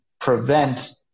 prevent